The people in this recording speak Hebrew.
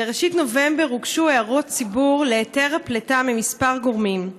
בראשית נובמבר הוגשו הערות ציבור להיתר הפליטה מכמה גורמים.